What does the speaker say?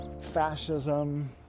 fascism